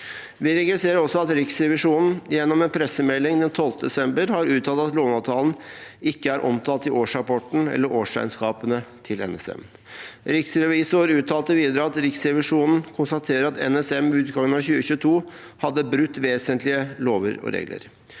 Vi registrerer også at Riksrevisjonen i en pressemelding den 12. desember har uttalt at låneavtalen ikke er omtalt i årsrapporten eller årsregnskapene til NSM. Riksrevisoren uttalte videre at «Riksrevisjonen konstaterer at NSM ved utgangen av 2022 hadde brutt vesent